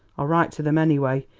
i'll write to them anyway.